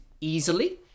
easily